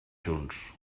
junts